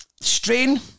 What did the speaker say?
Strain